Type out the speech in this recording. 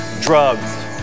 drugs